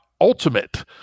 ultimate